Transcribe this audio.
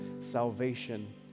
salvation